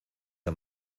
han